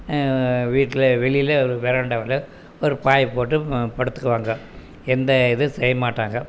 வீட்டில் வெளியில் ஒரு வரண்டாவில் ஒரு பாயை போட்டு படுத்துக்குவாங்க எந்த இதுவும் செய்ய மாட்டாங்க